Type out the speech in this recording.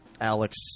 Alex